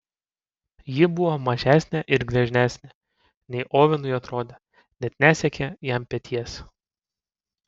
ji buvo mažesnė ir gležnesnė nei ovenui atrodė net nesiekė jam peties